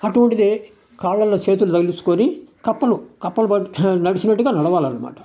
అటువంటిది కాళ్ళల్లో చేతులు తగిలించుకొని కప్పలు కప్పలు నడిచినట్టుగా నడవాలనమాట